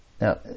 Now